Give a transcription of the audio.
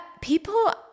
people